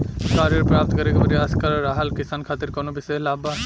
का ऋण प्राप्त करे के प्रयास कर रहल किसान खातिर कउनो विशेष लाभ बा?